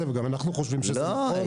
וגם אנחנו חושבים שזה נכון שזה יהיה מקצוע Pre